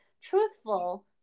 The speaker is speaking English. truthful